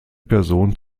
person